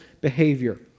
behavior